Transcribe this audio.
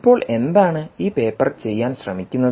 ഇപ്പോൾ എന്താണ് ഈ പേപ്പർ ചെയ്യാൻ ശ്രമിക്കുന്നത്